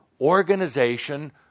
organization